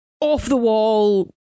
off-the-wall